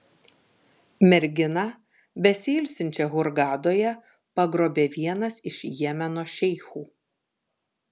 merginą besiilsinčią hurgadoje pagrobė vienas iš jemeno šeichų